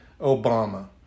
Obama